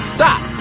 Stop